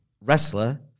Wrestler